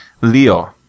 Leo